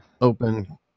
open